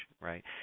right